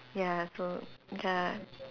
ya so ya